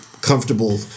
comfortable